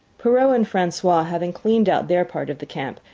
perrault and francois, having cleaned out their part of the camp,